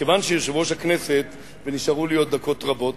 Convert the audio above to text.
כיוון שנשארו לי עוד דקות רבות,